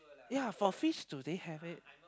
ya for fish do they have it